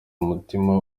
umutima